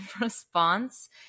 response